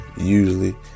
Usually